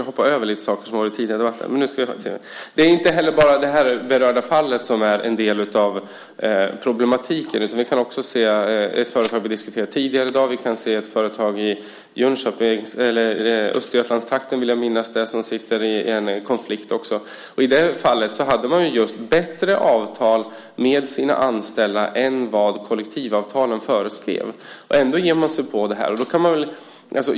Det är inte heller bara det berörda fallet som är en del av problematiken. Vi kan också se ett företag som vi har diskuterat tidigare i dag. Vi kan se ett företag i Östergötlandstrakten, vill jag minnas, som också har en konflikt. I det fallet hade de bättre avtal med sina anställda än vad kollektivavtalen föreskrev. Ändå ger man sig på det här.